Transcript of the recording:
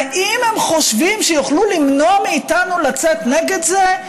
האם הם חושבים שיוכלו למנוע מאיתנו לצאת נגד זה?